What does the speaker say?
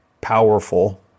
powerful